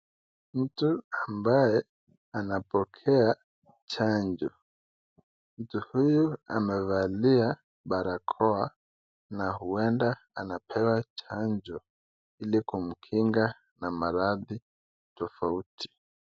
Mtu ambaye anapokea chanjo. Mtu huyu amevalia barakoa na huenda anapewa chanjo ili kumkinga na maradhi tofauti.